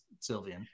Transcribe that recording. Sylvian